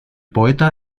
poeta